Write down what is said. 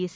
S